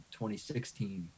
2016